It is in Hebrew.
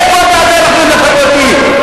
איפה הדאגה, החברתי?